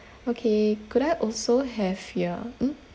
okay could I also have your mm